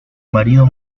marido